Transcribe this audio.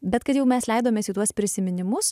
bet kad jau mes leidomės į tuos prisiminimus